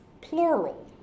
plural